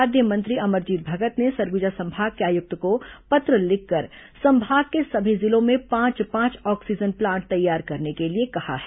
खाद्य मंत्री अमरजीत भगत ने सरगुजा संभाग के आयुक्त को पत्र लिखकर संभाग के सभी जिलों में पांच पांच ऑक्सीजन प्लांट तैयार करने के लिए कहा है